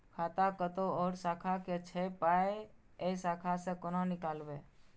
खाता कतौ और शाखा के छै पाय ऐ शाखा से कोना नीकालबै?